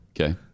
okay